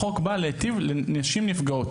החוק בא להיטיב עם נשים נפגעות.